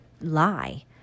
lie